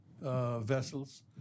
vessels